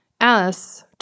Alice